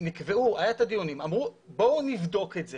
היו דיונים, אמרו 'בואו נבדוק את זה